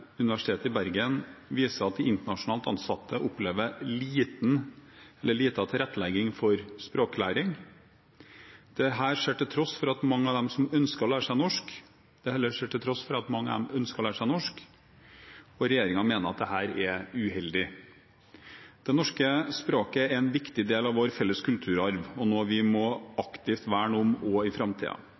Universitetet i Bergen viser at de internasjonalt ansatte opplever lite tilrettelegging for språklæring. Dette skjer til tross for at mange av dem ønsker å lære seg norsk. Regjeringen mener at dette er uheldig. Det norske språket er en viktig del av vår felles kulturarv og er noe vi må aktivt verne om også i